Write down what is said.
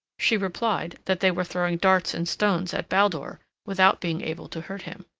she replied that they were throwing darts and stones at baldur, without being able to hurt him.